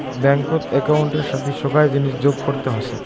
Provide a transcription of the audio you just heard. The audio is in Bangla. ব্যাঙ্কত একউন্টের সাথি সোগায় জিনিস যোগ করতে হসে